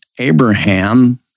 Abraham